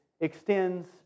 extends